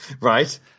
Right